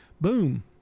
boom